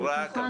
נכון?